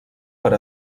per